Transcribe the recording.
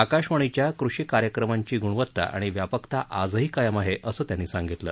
आकाशवाणीच्या कृषी कार्यक्रमांची गुणवता आणि व्यापकता आजही कायम आहे असं त्यांनी सांगितलं